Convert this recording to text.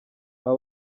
aba